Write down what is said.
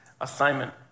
assignment